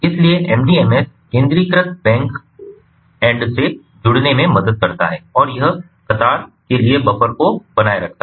इसलिए MDMS केंद्रीकृत back end से जुड़ने में मदद करता है और यह कतार के लिए बफर को बनाए रखता है